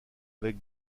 avec